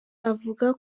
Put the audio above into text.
avuga